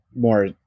more